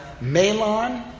Malon